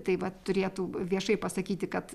tai vat turėtų viešai pasakyti kad